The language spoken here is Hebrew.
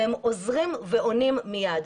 הם עוזרים ועונים מייד.